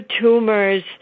tumors